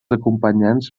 acompanyants